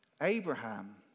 Abraham